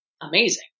amazing